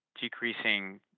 decreasing